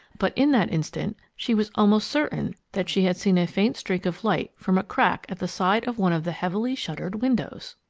but in that instant she was almost certain that she had seen a faint streak of light from a crack at the side of one of the heavily shuttered windows!